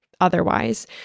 otherwise